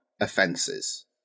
offences